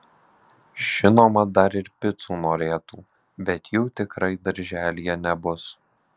žinoma dar ir picų norėtų bet jų tikrai darželyje nebus